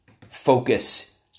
focus